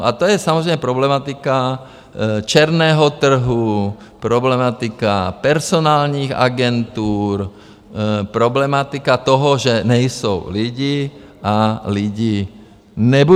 A to je samozřejmě problematika černého trhu, problematika personálních agentur, problematika toho, že nejsou lidi a lidi nebudou.